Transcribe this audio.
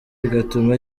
bigatuma